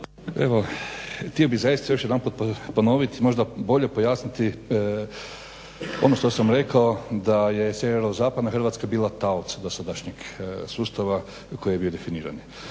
Evo htio bih zaista još jedanput ponoviti, možda bolje pojasniti ono što sam rekao da je SZ Hrvatska bila taoc dosadašnjeg sustava koji je bio definiran.